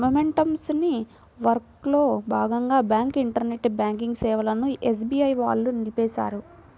maintenance వర్క్లో భాగంగా bank internet banking సేవలను ఎస్బీఐ వాళ్ళు నిలిపేశారు